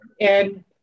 And-